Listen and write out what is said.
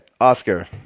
Oscar